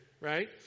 right